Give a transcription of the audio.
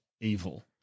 evil